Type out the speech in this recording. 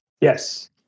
Yes